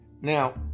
Now